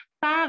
par